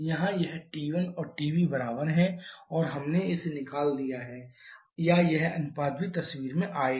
यहां यह T1 और TB बराबर हैं और हमने इसे निकाल लिया है या यह अनुपात भी तस्वीर में आ जाएगा